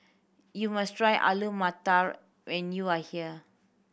you must try Alu Matar when you are here